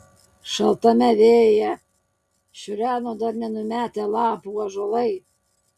šaltame vėjyje šiureno dar nenumetę lapų ąžuolai